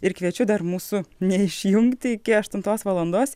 ir kviečiu dar mūsų neišjungti iki aštuntos valandos